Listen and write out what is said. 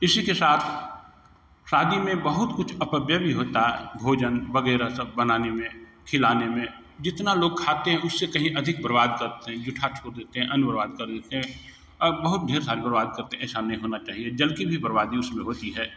इसी के साथ शादी में बहुत कुछ अपव्यय भी होता है भोजन वगैरह सब बनाने में खिलाने में जितना लोग खाते हैं उससे कहीं अधिक बर्बाद करते हैं जूठा छोड़ देते हैं अन्न बर्बाद कर देते हैं बहुत ढेर सारी बर्बाद करते हैं ऐसा नहीं होना चाहिए जल की भी बर्बादी उसमें होती है